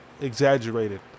Exaggerated